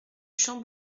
champ